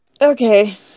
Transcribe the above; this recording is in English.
okay